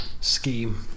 scheme